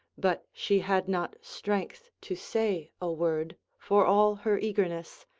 but she had not strength to say a word, for all her eagerness,